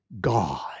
God